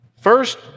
First